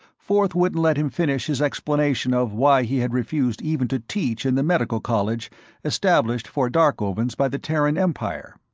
forth wouldn't let him finish his explanation of why he had refused even to teach in the medical college established for darkovans by the terran empire.